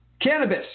Cannabis